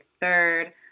third